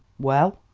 well?